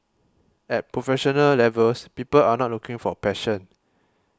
at professional levels people are not looking for passion